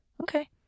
Okay